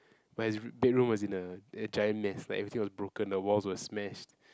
but his bedroom was in a a giant mess like everything was broken the walls were smashed